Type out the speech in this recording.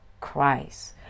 Christ